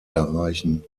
erreichen